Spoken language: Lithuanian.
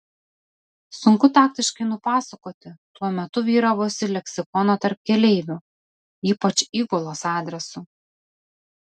sunku taktiškai nupasakoti tuo metu vyravusį leksikoną tarp keleivių ypač įgulos adresu